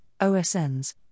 OSNs